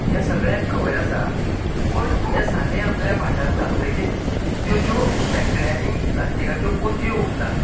हे सगळ्याक खबर आसा पूण हे सारें आपल्या भाटांत घालतकीच त्यो ज्यो शेकड्यांनी प्लास्टीकाच्यो पोतयो उरतात